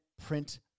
print